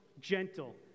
gentle